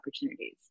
opportunities